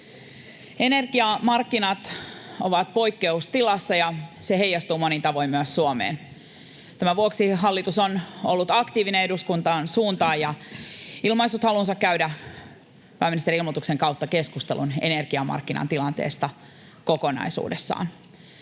Energiamarkkinat ovat poikkeustilassa, ja se heijastuu monin tavoin myös Suomeen. Tämän vuoksi hallitus on ollut aktiivinen eduskunnan suuntaan ja ilmaissut halunsa käydä pääministerin ilmoituksen kautta keskustelun energiamarkkinan tilanteesta kokonaisuudessaan.